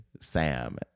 sam